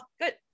good